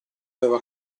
aveva